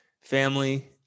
family